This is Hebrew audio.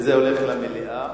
וזה הולך למליאה.